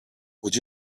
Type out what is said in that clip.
would